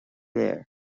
léir